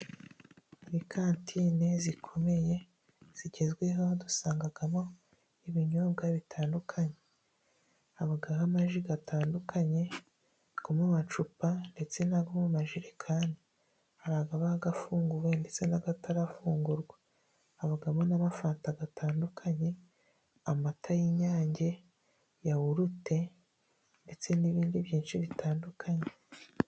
Muri kantine zikomeye zigezweho, dusangamo ibinyobwa bitandukanye ,habamo amaji atandukanye yo mu macupa ndetse n'amajerekani, hari aba yarafunguwe ndetse n'atarafungurwa ,habamo n'amafanta atandukanye ,amata y'inyange, yawurute ndetse n'ibindi byinshi bitandukanye.